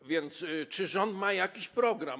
A więc czy rząd ma jakiś program?